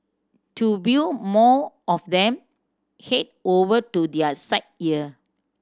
to view more of them head over to their site here